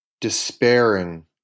despairing